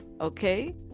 Okay